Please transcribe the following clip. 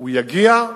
הוא יגיע.